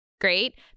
Great